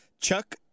Chuck